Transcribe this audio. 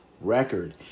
record